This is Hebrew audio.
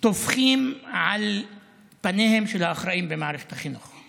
טופחים על פניהם של האחראים במערכת החינוך.